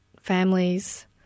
families